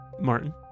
Martin